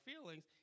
feelings